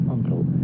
Uncle